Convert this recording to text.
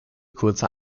kurze